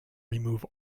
remove